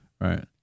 Right